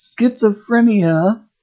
schizophrenia